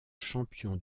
champion